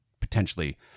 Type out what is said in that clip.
potentially